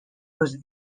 was